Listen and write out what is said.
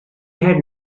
had